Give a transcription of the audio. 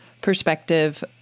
perspective